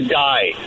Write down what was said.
die